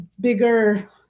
bigger